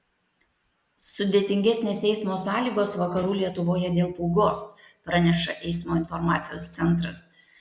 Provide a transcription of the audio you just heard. sudėtingesnės eismo sąlygos vakarų lietuvoje dėl pūgos praneša eismo informacijos centras